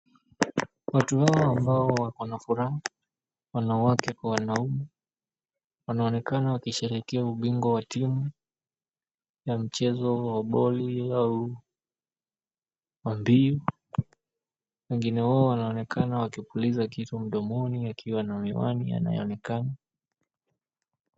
Watu hawa ambao wako na furaha, wanawake kwa wanaume wanaonekana wakisherehekea ubingwa wa timu ya mchezo wa boli au mambiu. Wengine wao wanaonekana wakipuliza kitu mdomoni akiwa na miwani yanayoonekana.